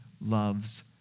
loves